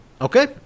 okay